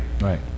Right